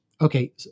Okay